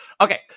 Okay